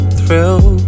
thrill